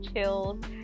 chills